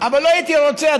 אבל לא הייתי רוצה,